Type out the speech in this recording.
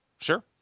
Sure